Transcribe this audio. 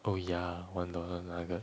oh ya one dollar nugget